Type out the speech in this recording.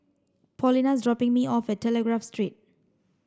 Paulina is dropping me off at Telegraph Street